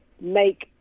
make